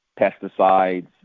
pesticides